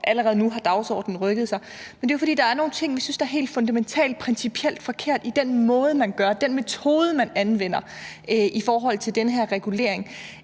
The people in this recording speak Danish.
allerede nu har dagsordenen rykket sig. Men det er jo, fordi der er nogle ting, vi synes er helt fundamentalt og principielt forkerte i den måde, man gør det på, den metode, man anvender, i forhold til den her regulering.